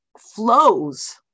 Flows